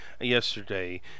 yesterday